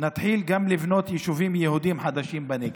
נתחיל גם לבנות יישובים יהודיים חדשים בנגב".